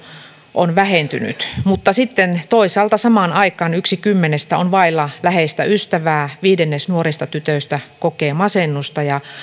on vähentynyt mutta sitten toisaalta samaan aikaan yksi kymmenestä on vailla läheistä ystävää viidennes nuorista tytöistä kokee masennusta ja